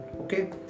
okay